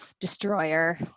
destroyer